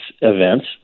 events